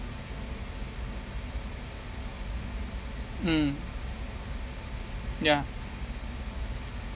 mm ya